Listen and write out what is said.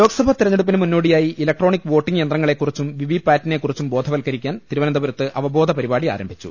ലോക്സഭാ തെരഞ്ഞെടുപ്പിന് മുന്നോടിയായി electronic voting യന്ത്രങ്ങളെകുറിച്ചും വിവിപാറ്റിനെക്കുറിച്ചും ബോധവ ത്കരിക്കാൻ തിരുവനന്തപുരത്ത് അവബോധ പരിപാടി ആരംഭി ച്ചു